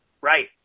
Right